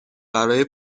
برای